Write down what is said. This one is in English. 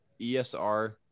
ESR